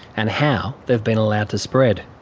and how they've been allowed to spread.